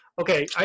okay